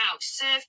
serve